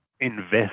invest